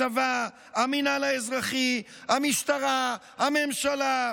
הצבא, המינהל האזרחי, המשטרה, הממשלה,